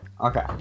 Okay